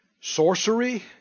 sorcery